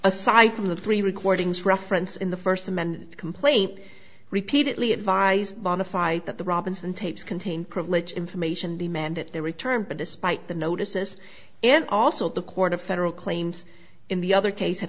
aside from the three recordings reference in the first amendment complaint repeatedly advise bonafied that the robinson tapes contain privileged information demanded they return but despite the notices and also the court of federal claims in the other case had